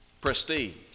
prestige